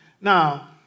Now